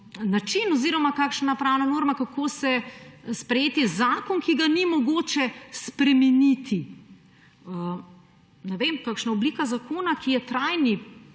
način oziroma kakšna pravna norma, kako sprejeti zakon, ki ga ni mogoče spremeniti; ne vem, kakšna oblika zakona, ki je trajen.